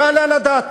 לא יעלה על הדעת.